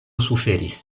suferis